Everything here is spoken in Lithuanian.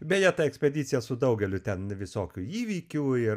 beje ta ekspedicija su daugeliu ten visokių įvykių ir